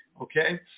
okay